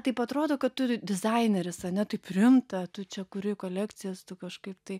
taip atrodo kad tu dizaineris ane taip rimta tu čia kuri kolekcijas tu kažkaip tai